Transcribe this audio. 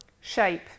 Shape